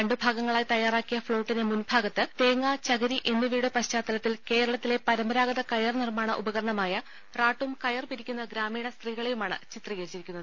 രണ്ടുഭാഗങ്ങളായി തയ്യാറാക്കിയ ഫ്ളോട്ടിന്റെ മുൻഭാഗത്ത് തേങ്ങ ചകിരി എന്നിവയുടെ പശ്ചാത്തലത്തിൽ കേരളത്തിലെ പരമ്പരാഗത കയർ നിർമ്മാണ ഉപകരണമായ റാട്ടും കയർ പിരിക്കുന്ന ഗ്രാമീണ സ്ത്രീകളെയുമാണ് ചിത്രീകരിച്ചിരിക്കുന്നത്